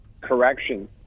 correction